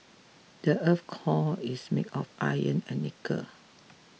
the earth's core is made of iron and nickel